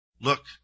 Look